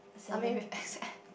I mean with X F